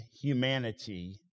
humanity